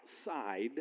outside